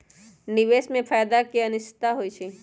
निवेश में फायदा के अनिश्चितता होइ छइ